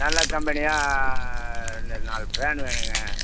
நல்ல கம்பெனியாக இந்த நாலு ஃபேனு வேணுங்க